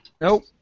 Nope